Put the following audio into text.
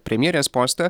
premjerės postą